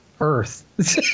Earth